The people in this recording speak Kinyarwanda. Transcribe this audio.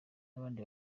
n’abandi